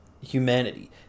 humanity